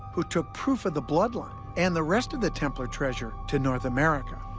who took proof of the bloodline and the rest of the templar treasure to north america.